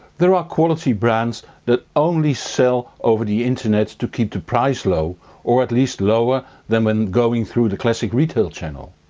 there are quality brands that only sell over the internet to keep the price low or at least lower than when going through the classic retail channel.